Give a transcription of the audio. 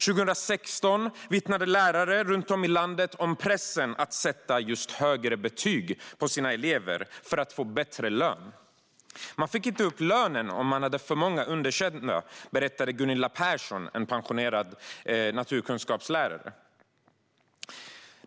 År 2016 vittnade lärare runt om i landet om pressen att just sätta högre betyg på sina elever för att få bättre lön. Man fick inte upp lönen om man hade för många underkända, berättade Gunilla Persson, pensionerad naturkunskapslärare.